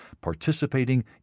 participating